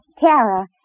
Tara